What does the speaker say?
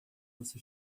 você